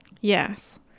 Yes